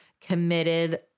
committed